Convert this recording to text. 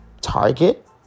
Target